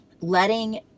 letting